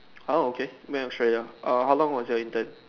!wow! okay man Australia err how long was your intern